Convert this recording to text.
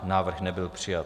Návrh nebyl přijat.